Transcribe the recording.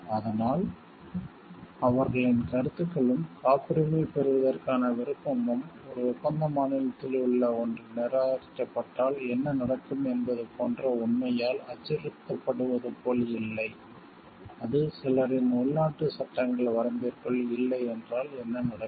அதனால் அவர்களின் கருத்துக்களும் காப்புரிமை பெறுவதற்கான விருப்பமும் ஒரு ஒப்பந்த மாநிலத்தில் உள்ள ஒன்று நிராகரிக்கப்பட்டால் என்ன நடக்கும் என்பது போன்ற உண்மையால் அச்சுறுத்தப்படுவது போல் இல்லை அது சிலரின் உள்நாட்டு சட்டங்கள் வரம்பிற்குள் இல்லை என்றால் என்ன நடக்கும்